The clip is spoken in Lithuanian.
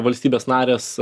valstybės narės